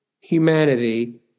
humanity